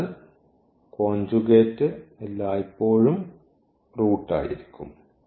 അതിനാൽ കോഞ്ചുഗേറ്റ് എല്ലായ്പ്പോഴും റൂട്ട് ആയി ഉണ്ടാകും